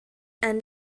end